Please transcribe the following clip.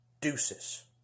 Deuces